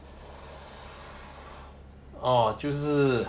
orh 就是